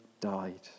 died